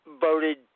voted